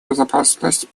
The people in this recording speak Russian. безопасность